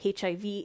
HIV